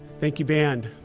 thank you, band.